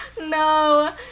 No